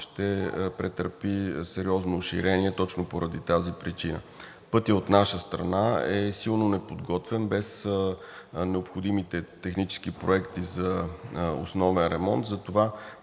ще претърпи сериозно уширение точно поради тази причина. Пътят от наша страна е силно неподготвен, без необходимите технически проекти за основен ремонт,